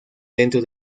dentro